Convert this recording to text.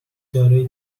دارای